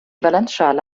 valenzschale